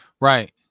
Right